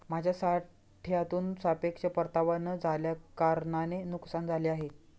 माझ्या साठ्यातून सापेक्ष परतावा न झाल्याकारणाने नुकसान झाले आहे